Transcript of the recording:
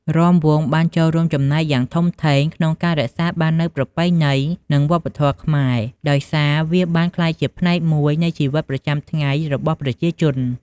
រាំវង់បានចូលរួមចំណែកយ៉ាងធំធេងក្នុងការរក្សាបាននូវប្រពៃណី និងវប្បធម៌ខ្មែរ ដោយសារវាបានក្លាយជាផ្នែកមួយនៃជីវិតប្រចាំថ្ងៃរបស់ប្រជាជន។